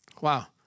Wow